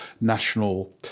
national